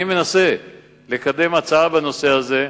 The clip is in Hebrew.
אני מנסה לקדם הצעה בנושא הזה,